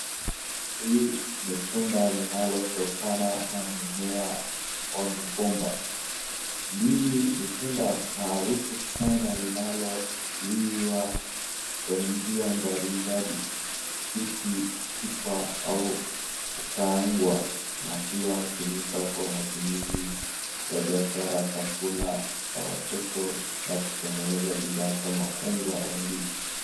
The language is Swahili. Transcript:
Hii ni tunda linalotoka na mmea wa mgomba, ndizi ni tunda maarufu sana linaloliwa kwa njia mbalimbali, mbichi hupikwa au kukaangwa, na pia hutumiwa kwa matumizi ya biashara, chakula cha watoto, na kutengeneza bidhaa kama unga wa ndizi.